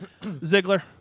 Ziggler